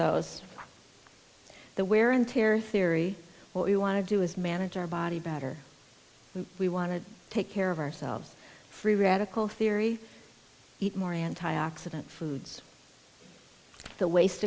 those the wear and tear theory what you want to do is manage our body better we want to take care of ourselves free radical theory eat more anti oxidant foods the waste